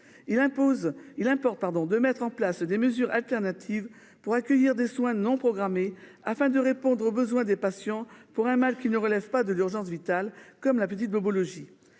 il importe pardon de mettre en place des mesures alternatives pour accueillir des soins non programmés, afin de répondre aux besoins des patients pour un mal qui ne relèvent pas de l'urgence vitale comme la petite bobologie,